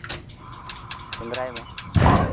ᱥᱮᱸᱫᱽᱨᱟᱭ ᱢᱮ